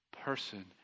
person